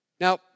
Now